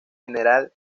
general